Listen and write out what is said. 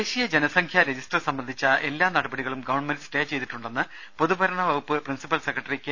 ദേശീയ ജനസംഖ്യാ രജിസ്റ്റർ സംബന്ധിച്ച എല്ലാ നടപടികളും ഗവൺമെന്റ് സ്റ്റേ ചെയ്തിട്ടുണ്ടെന്ന് പൊതുഭരണ വകുപ്പ് പ്രിൻസിപ്പൾ സെക്രട്ടറി കെ